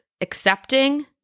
Accepting